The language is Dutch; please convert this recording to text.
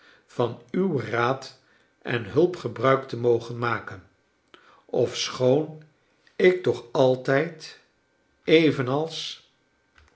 van uw raad en hulp gebruik te mogen maken ofschoon ik toeh altijd evenals